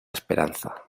esperanza